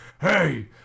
hey